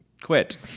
quit